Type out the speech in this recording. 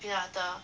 peanut butter